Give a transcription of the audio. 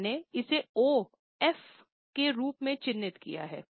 तो मैंने इसे ओएफ के रूप में चिह्नित किया है